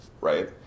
right